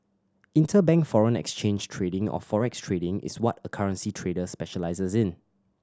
interbank foreign exchange trading or forex trading is what a currency trader specialises in